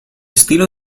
estilo